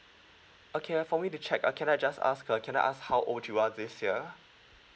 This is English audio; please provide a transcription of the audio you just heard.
okay uh for me to check uh can I just ask uh can I ask how old you are this year